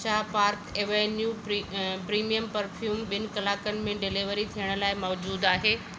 छा Park Avenue premium perfume बि॒नि कलाकनि में डिलीवरी थियणु लाइ मौजूदु आहे